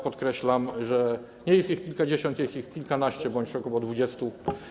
Podkreślam, że nie jest ich kilkadziesiąt, jest ich kilkanaście, ok. 20.